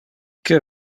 que